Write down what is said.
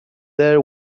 their